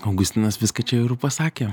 augustinas viską čia jau ir pasakė